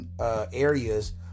areas